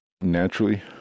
Naturally